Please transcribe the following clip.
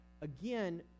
again